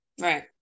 Right